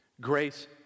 grace